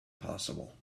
possible